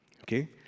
Okay